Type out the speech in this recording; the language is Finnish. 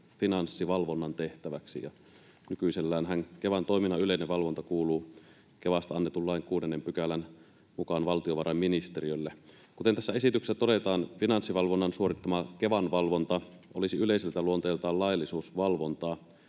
Finanssivalvonnan tehtäväksi. Nykyiselläänhän Kevan toiminnan yleinen valvonta kuuluu Kevasta annetun lain 6 §:n mukaan valtiovarainministeriölle. Kuten tässä esityksessä todetaan, Finanssivalvonnan suorittama Kevan valvonta olisi yleiseltä luonteeltaan laillisuusvalvontaa,